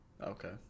okay